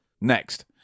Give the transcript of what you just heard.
Next